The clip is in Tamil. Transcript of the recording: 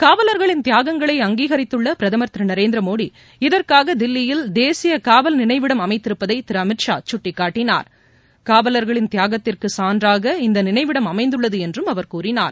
காவலர்களின் தியாகங்களை அங்கீகரித்துள்ளபிரதமர் திருநரேந்திரமோடி இதற்காகதில்லியில் தேசியகாவல் நினைவிடம் அமைத்திருப்பதைதிருஅமித் ஷா சுட்டிக்காட்டினார் காவலர்களின் தியாகத்திற்குசான்றாக இந்தநினைவிடம் அமைந்துள்ளதுஎன்றும் அவர் கூறினார்